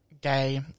gay